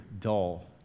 dull